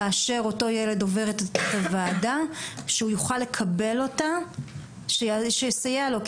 כאשר אותו ילד עובר את הוועדה שהוא יוכל לקבל אותה שיסייע לו,